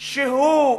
שהוא,